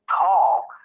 tall